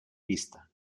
vista